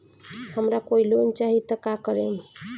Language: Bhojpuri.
हमरा कोई लोन चाही त का करेम?